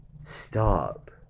Stop